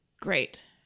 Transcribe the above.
Great